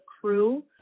crew